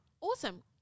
awesome